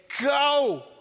go